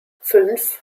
fünf